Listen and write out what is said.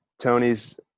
Tony's